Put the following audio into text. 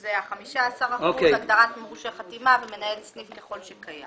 שהם ה-15 אחוזים והגדרת מורשה חתימה ומנהל סניף ככל שקיים?